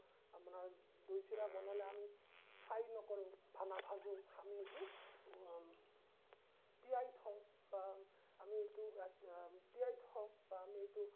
আপোনাৰ দৈ চিৰা বনালে আমি ফ্ৰাই নকৰোঁ বা নাভাজোঁ আমি এইটো তিয়াই থওঁ বা আমি এইটো তিয়াই থওঁ বা আমি এইটো